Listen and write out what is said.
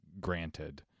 granted